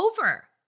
over